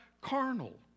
carnal